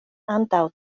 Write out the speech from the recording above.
antaŭ